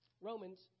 Romans